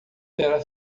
terá